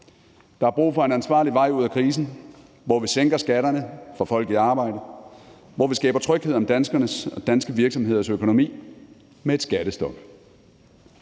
Der er brug for en ansvarlig vej ud af krisen, hvor vi sænker skatterne for folk i arbejde, og hvor vi skaber tryghed om danskernes og danske virksomheders økonomi med et skattestop.